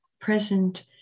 present